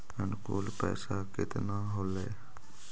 अनुकुल पैसा केतना होलय